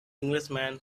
englishman